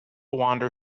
wander